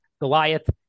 Goliath